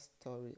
story